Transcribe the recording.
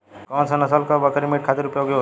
कौन से नसल क बकरी मीट खातिर उपयोग होली?